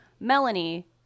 Melanie